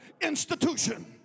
institution